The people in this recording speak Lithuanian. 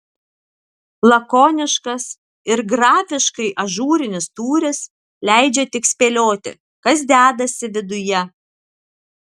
lakoniškas ir grafiškai ažūrinis tūris leidžia tik spėlioti kas dedasi viduje